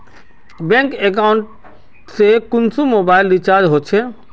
Bank account से कुंसम mobile recharge होचे?